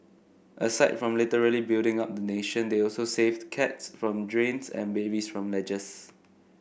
aside from literally building up the nation they also save cats from drains and babies from ledges